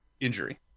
injury